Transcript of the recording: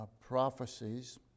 prophecies